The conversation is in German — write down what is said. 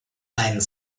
einen